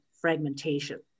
fragmentation